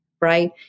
right